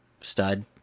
stud